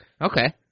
Okay